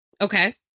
Okay